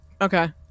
Okay